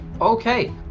Okay